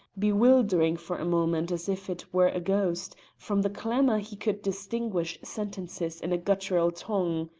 bewildering for a moment as if it were a ghost from the clamour he could distinguish sentences in a guttural tongue.